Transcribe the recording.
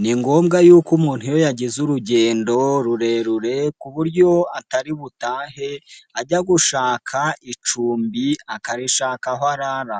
Ni ngombwa yuko umuntu iyo yagize urugendo rurerure ku buryo atari butahe ajya gushaka icumbi akarishaka aho arara.